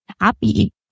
happy